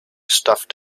stuffed